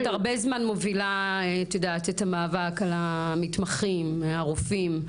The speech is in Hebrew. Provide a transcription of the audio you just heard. את הרבה זמן מובילה את המאבק של המתמחים והרופאים.